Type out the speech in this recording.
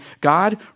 God